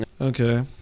Okay